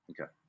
Okay